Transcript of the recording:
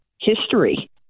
history